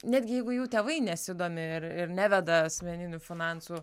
netgi jeigu jų tėvai nesidomi ir ir neveda asmeninių finansų